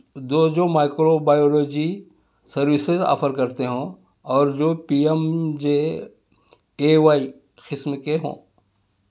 دو جو microbiology services offer کرتے ہوں اور جو P M J A Y قسم کے ہوں